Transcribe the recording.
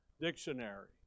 dictionary